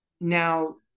now